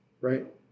right